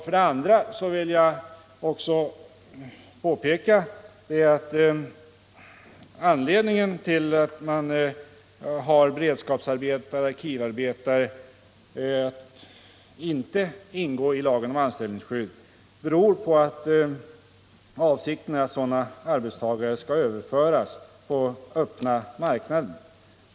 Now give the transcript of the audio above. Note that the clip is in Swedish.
För det andra vill jag påpeka att anledningen till att beredskapsarbetare och arkivarbetare inte går in under lagen om anställningsskydd är att avsikten är att sådana arbetare skall överföras till öppna marknaden.